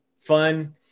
fun